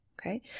Okay